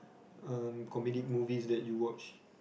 um comedic movies that you watch